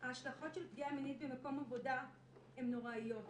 ההשלכות של פגיעה מינית במקום עבודה הן נוראיות.